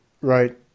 Right